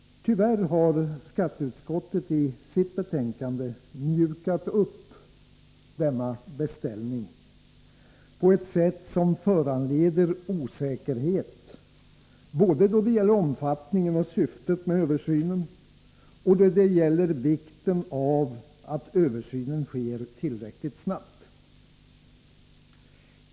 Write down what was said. Tyvärr har skatteutskottet i sitt betänkande mjukat upp denna ”beställning” på ett sätt som föranleder osäkerhet både då det gäller omfattningen och syftet med översynen och då det gäller vikten av att översynen sker tillräckligt snabbt.